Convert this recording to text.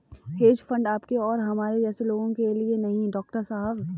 hedge fund आपके और हमारे जैसे लोगों के लिए नहीं है, डॉक्टर साहब